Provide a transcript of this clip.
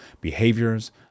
behaviors